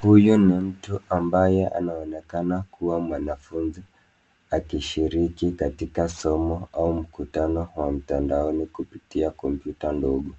Huyu ni mtu ambaye anaonekana kuwa mwanafunzi akishiriki katika somo au mkutano wa mtandaoni kupitia kompyuta ndogo.